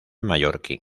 mallorquín